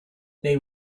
they